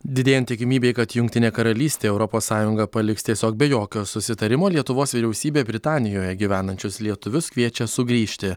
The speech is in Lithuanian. didėjant tikimybei kad jungtinė karalystė europos sąjungą paliks tiesiog be jokio susitarimo lietuvos vyriausybė britanijoje gyvenančius lietuvius kviečia sugrįžti